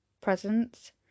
presents